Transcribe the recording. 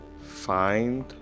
find